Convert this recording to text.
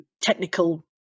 technical